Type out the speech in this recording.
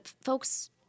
folks